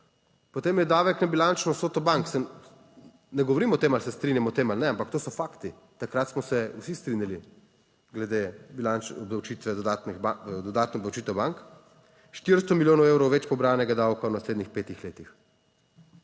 Potem je davek na bilančno vsoto bank, se, ne govorim o tem ali se strinjam o tem ali ne, ampak to so fakti, takrat smo se vsi strinjali glede bilančne obdavčitve, dodatnih, dodatnih obdavčitev bank, 400 milijonov evrov več pobranega davka v naslednjih petih letih.